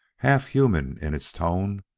half-human in its tone,